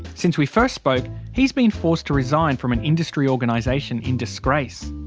since we first spoke he has been forced to resign from an industry organisation in disgrace.